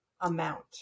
amount